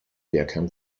bergheim